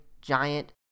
Giant